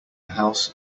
house